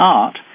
art